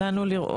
זו תהיה בעיה.